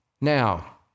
Now